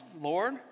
Lord